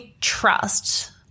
trust